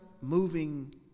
moving